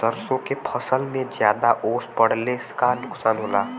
सरसों के फसल मे ज्यादा ओस पड़ले से का नुकसान होला?